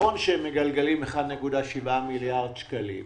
נכון שהם מגלגלים 1.7 מיליארד שקלים.